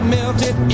melted